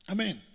Amen